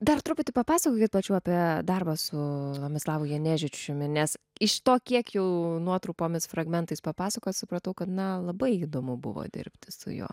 dar truputį papasakokit plačiau apie darbą su amislavu jenežičiumi nes iš to kiek jau nuotrupomis fragmentais papasakojot supratau kad na labai įdomu buvo dirbti su juo